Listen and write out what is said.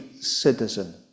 citizen